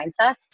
mindsets